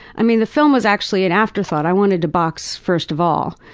i mean, the film was actually an afterthought. i wanted to box, first of all.